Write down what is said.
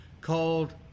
called